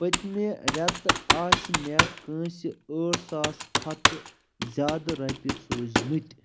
پٔتمہِ رٮ۪تہٕ آسہِ مےٚ کٲنٛسہِ ٲٹھ ساس کھۄتہٕ زیادٕ رۄپیہِ سوٗزمٕتۍ